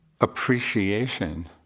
appreciation